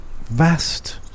vast